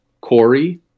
Corey